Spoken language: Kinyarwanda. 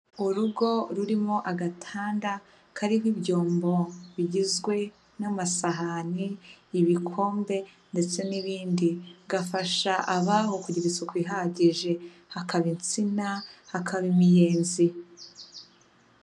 Urugo rurimo agatanda kariho ibyombo bigizwe n'amasahani, ibikombe ndetse n'ibindi. Gafasha abaho kugira isuku ihagije. Hakaba insina, hakaba imiyenzi.